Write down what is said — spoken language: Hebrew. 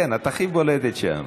כן, את הכי בולטת שם.